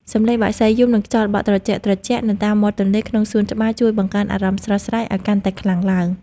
សំឡេងបក្សីយំ និងខ្យល់បក់ត្រជាក់ៗនៅតាមមាត់ទន្លេក្នុងសួនច្បារជួយបង្កើនអារម្មណ៍ស្រស់ស្រាយឱ្យកាន់តែខ្លាំងឡើង។